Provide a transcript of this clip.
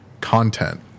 content